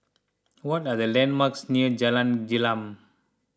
what are the landmarks near Jalan Gelam